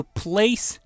place